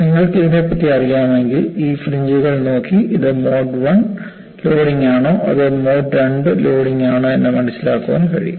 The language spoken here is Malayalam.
നിങ്ങൾക്ക് ഇതിനെപ്പറ്റി അറിയാമെങ്കിൽ ഈ ഫ്രിഞ്ച്കൾ നോക്കി ഇത് മോഡ് വൺ ലോഡിംഗ് ആണോ അതോ മോഡ് രണ്ട് ലോഡിംഗ് ആണോ എന്ന് മനസ്സിലാക്കാൻ കഴിയും